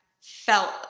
felt